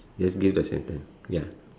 just give a sentence ya